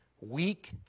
weak